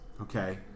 okay